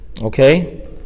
Okay